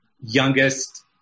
youngest